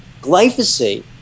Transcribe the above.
Glyphosate